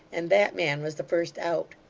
and that man was the first out.